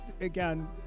again